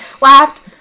laughed